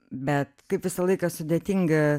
bet kaip visą laiką sudėtinga